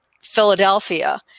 Philadelphia